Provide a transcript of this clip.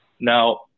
Now